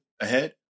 ahead